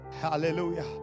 Hallelujah